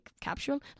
capsule